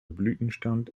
blütenstand